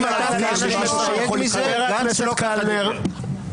חבר הכנסת קלנר.